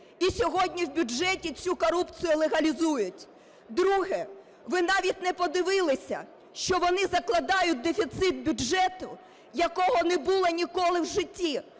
і сьогодні в бюджеті цю корупцію легалізують. Друге. Ви навіть не подивилися, що вони закладають дефіцит бюджету, якого не було ніколи в житті.